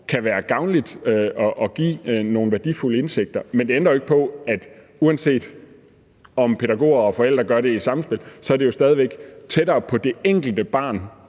kan være gavnligt og kan give nogle værdifulde indsigter. Men det ændrer jo ikke på, at uanset om pædagoger og forældre gør det i et samspil, så er det jo stadig tættere på det enkelte barn